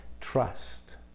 trust